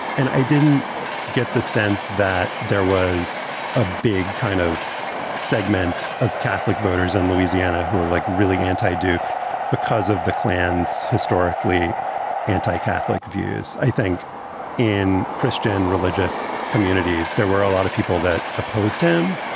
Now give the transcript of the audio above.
and i didn't get the sense that there was a big kind of segment of catholic voters in and louisiana who were like really anti duke because of the klan's historically anti catholic views. i think in christian religious communities, there were a lot of people that opposed him,